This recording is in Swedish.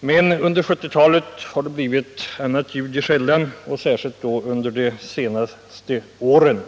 Men under 1970-talet har det blivit annat ljud i skällan, särskilt under de senaste åren.